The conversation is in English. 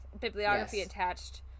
bibliography-attached